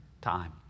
time